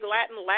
Latin